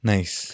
Nice